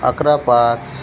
अकरा पाच